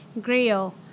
grill